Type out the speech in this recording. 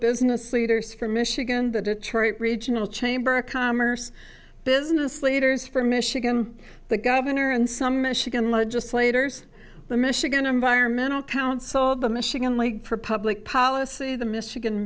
business leaders from michigan the detroit regional chamber of commerce business leaders from michigan the governor and some michigan legislators the michigan environmental council the michigan league for public policy the michigan